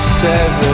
says